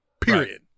period